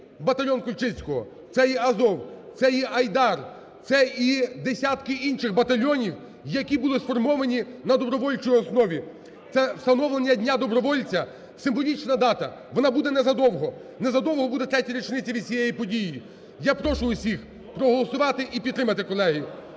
батальйон Кульчицького, це і "Азов", це і "Айдар", це і десятки інших батальйонів, які були сформовані на добровольчій основі, це встановлення Дня добровольця символічна дата, вона буде незадовго, незадовго буде третя річниця від цієї події. Я прошу усіх проголосувати і підтримати, колеги.